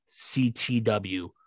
CTW